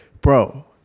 bro